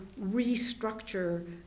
restructure